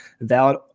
valid